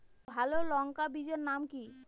ভালো লঙ্কা বীজের নাম কি?